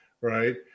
right